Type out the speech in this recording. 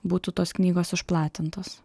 būtų tos knygos išplatintos